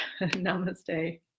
namaste